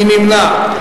מי נמנע?